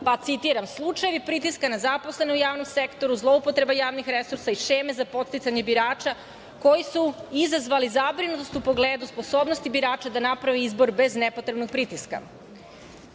pa citiram „ slučajevi pritiska na zaposlene u javnom sektoru, zloupotreba javnih resursa i šeme za podsticanje birača“, koji su izazvali zabrinutost u pogledu i sposobnost birača da naprave izbor bez nepotrebnog pritiska. Jasno